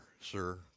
sir